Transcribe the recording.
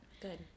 Good